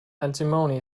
antimony